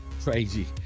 Crazy